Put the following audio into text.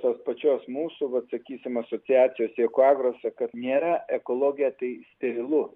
tos pačios mūsų vat sakysim asociacijos ekoargose kad nėra ekologija tai sterilu